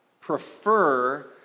prefer